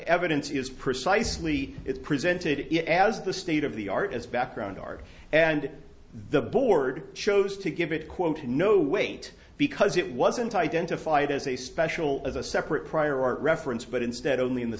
evidence is precisely it's presented it as the state of the art as background art and the board chose to give it quote no weight because it wasn't identified as a special as a separate prior art reference but instead only in the